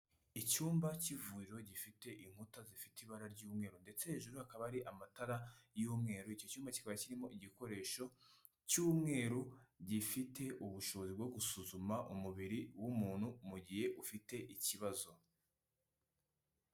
Icyumba cy'ivuriro gifite inkuta zifite ibara ry'umweru ndetse hejuru hakaba hari amatara y'umweru, icyo cyumba kikaba kirimo igikoresho cy'umweru gifite ubushobozi bwo gusuzuma umubiri w'umuntu mu gihe ufite ikibazo.